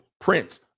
Prince